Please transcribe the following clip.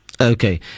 Okay